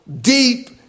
deep